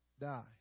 die